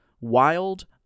wild